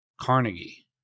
Carnegie